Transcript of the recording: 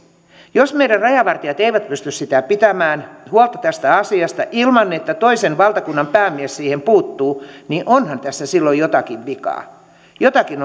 jos meidän rajavartijamme eivät pysty pitämään huolta tästä asiasta ilman että toisen valtakunnan päämies siihen puuttuu niin onhan tässä silloin jotakin vikaa jotakin